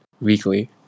weekly